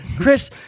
Chris